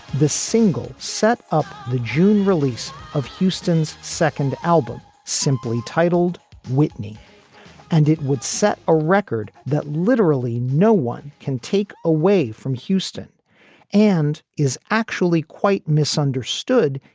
the single set up the june release of houston's second album, simply titled whitney and it would set a record that literally no one can take away from houston and is actually quite misunderstood.